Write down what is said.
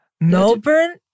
Melbourne